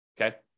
okay